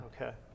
Okay